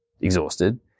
exhausted